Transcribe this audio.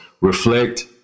reflect